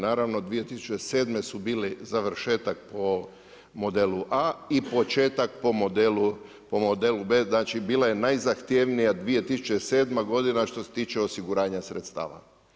Naravno 2007. su bili završetak po modelu A i početak po modelu B, znači bila je najzahtjevnija 2007. godina što se tiče osiguranja sredstava.